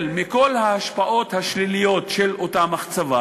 מכל ההשפעות השליליות של אותה מחצבה,